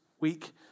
week